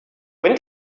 when